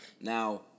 Now